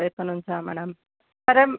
రేపటి నుంచా మ్యాడమ్ సరే